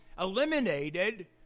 eliminated